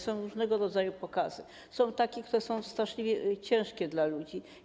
Są różnego rodzaju pokazy, także takie, które są straszliwie ciężkie dla ludzi.